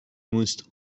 musst